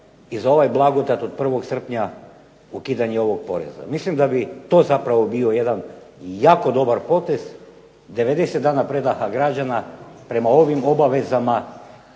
i za ovaj blagodat od 1. srpnja, ukidanje ovog poreza. Mislim da bi to zapravo bio jedan jako dobar potez, 90 dana predaha građana prema ovim obavezama